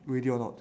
ready or not